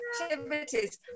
activities